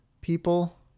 people